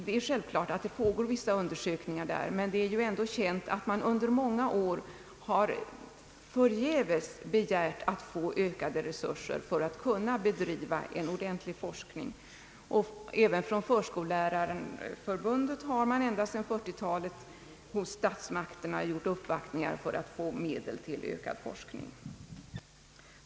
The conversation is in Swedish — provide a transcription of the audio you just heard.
Det är klart att vissa undersökningar utförs där, men det är ändå känt att man under många år förgäves begärt att få ökade resurser för att kunna bedriva en ordentlig forskning; även representanter för Sveriges förskollärares riksförbund har ända sedan 1940-talet gjort uppvaktningar hos statsmakterna för att få medel till ökad forskning.